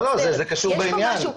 לא, זה קשור לעניין.